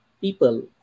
people